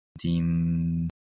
team